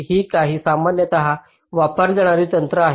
ही काही सामान्यत वापरली जाणारी तंत्रे आहेत